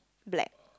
black